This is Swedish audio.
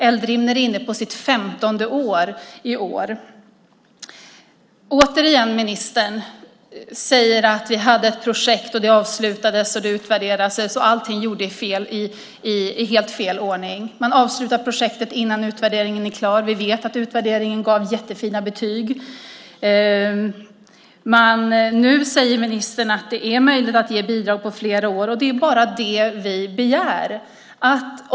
Eldrimner är inne på sitt 15:e år. Ministern säger att vi hade ett projekt, att det avslutades och utvärderades. Allt gjordes i helt fel ordning. Man avslutade projektet innan utvärderingen var klar. Vi vet att utvärderingen gav jättefina betyg. Nu säger ministern att det är möjligt att ge bidrag för flera år. Det är bara det vi begär.